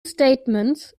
statements